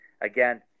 again